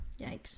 Yikes